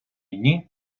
дні